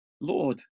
Lord